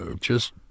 just-